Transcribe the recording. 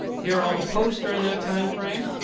here are all the posts during that time frame,